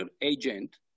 agent